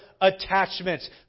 attachments